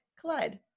collide